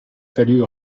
fallut